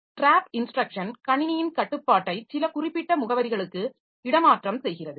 drop instruction கணினியின் கட்டுப்பாட்டை சில குறிப்பிட்ட முகவரிகளுக்கு இடமாற்றம் செய்கிறது